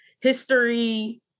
history